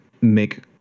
make